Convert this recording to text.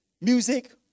music